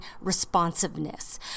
responsiveness